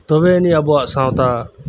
ᱛᱚᱵᱮ ᱮᱱᱤᱡ ᱟᱵᱩᱣᱟᱜ ᱥᱟᱶᱛᱟ